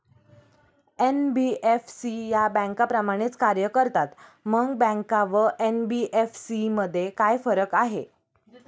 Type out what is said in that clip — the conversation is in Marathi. एन.बी.एफ.सी या बँकांप्रमाणेच कार्य करतात, मग बँका व एन.बी.एफ.सी मध्ये काय फरक आहे?